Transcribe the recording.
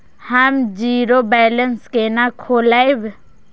हम zero balance केना खोलैब?